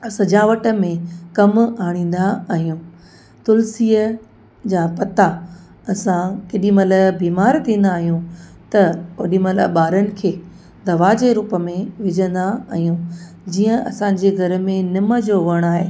सजावट में कम आणिंदा आहियूं तुलसीअ जा पता असां केॾी महिल बीमार थींदा आहियूं त ओॾी महिल ॿारनि खे दवा जे रूप में विझंदा आहियूं जीअं असांजे घर में निम जो वण आहे